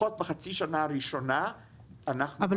לפחות בחצי השנה הראשונה אנחנו --- אבל